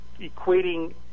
equating